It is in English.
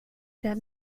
that